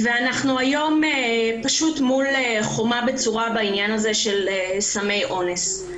ואנחנו היום פשוט מול חומה בצורה בעניין הזה של סמי אונס.